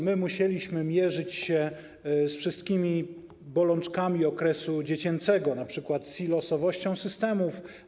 My musieliśmy mierzyć się z wszystkimi bolączkami okresu dziecięcego, np. silosowością systemów.